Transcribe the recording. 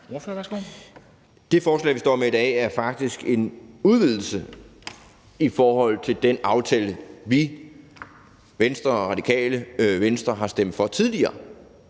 Det forslag, som vi står med i dag, er faktisk en udvidelse i forhold til den aftale, som vi i Venstre og Radikale Venstre har stemt for tidligere,